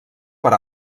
per